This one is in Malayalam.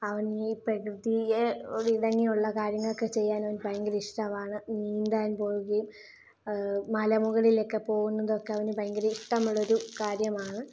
അവന് ഈ പ്രകൃതിയോട് ഇണങ്ങിയുള്ള കാര്യങ്ങളൊക്കെ ചെയ്യാൻ അവന് ഭയങ്കര ഇഷ്ട്ടമാണ് നീന്താൻ പോവുകയും മലമുകളിലൊക്കെ പോകുന്നതൊക്കെ അവന് ഭയങ്കര ഇഷ്ട്ടമുള്ളൊരു കാര്യമാണ്